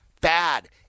bad